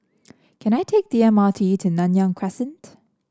can I take the M R T to Nanyang Crescent